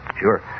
Sure